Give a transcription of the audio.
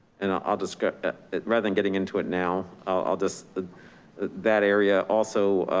and i'll describe it rather than getting into it. now i'll just that area also,